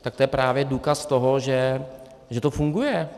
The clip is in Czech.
Tak to je právě důkaz toho, že to funguje.